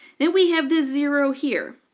then we have the zero here.